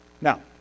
Now